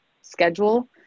schedule